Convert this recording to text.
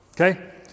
okay